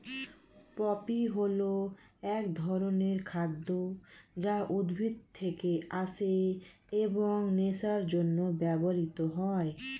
poppy হল এক ধরনের খাদ্য যা উদ্ভিদ থেকে আসে এবং নেশার জন্য ব্যবহৃত হয়